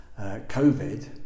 COVID